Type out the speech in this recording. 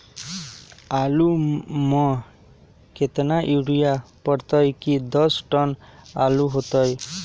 आलु म केतना यूरिया परतई की दस टन आलु होतई?